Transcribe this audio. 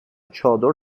چادر